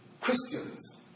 Christians